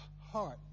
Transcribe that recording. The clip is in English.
heart